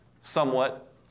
Somewhat